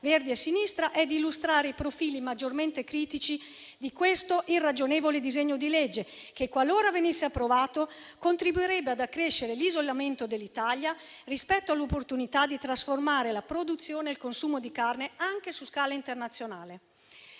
Verdi e Sinistra è di illustrare i profili maggiormente critici di questo irragionevole disegno di legge, che, qualora venisse approvato, contribuirebbe ad accrescere l'isolamento dell'Italia rispetto all'opportunità di trasformare la produzione e il consumo di carne anche su scala internazionale.